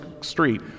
street